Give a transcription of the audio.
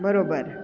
बरोबर